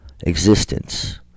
existence